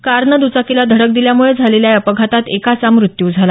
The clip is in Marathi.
कारनं दुचाकीला धडक दिल्यामुळे झालेल्या या अपघातात एकाचा मृत्यू झाला